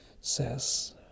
says